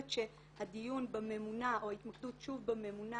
שהדיון בממונה או ההתמקדות שוב בממונה,